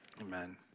amen